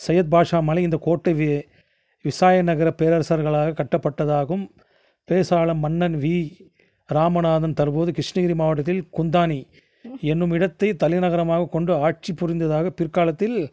சையத் பாஷா மலை இந்த கோட்டை வி விஜயநகர பேரரசர்களாக கட்டப்பட்டதாகும் பேஷ்வால மன்னன் வீ ராமநாதன் தற்போது கிருஷ்ணகிரி மாவட்டத்தில் குந்தாணி என்னும் இடத்தை தலைநகரமாக கொண்டு ஆட்சி புரிந்ததாக பிற்காலத்தில்